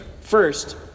First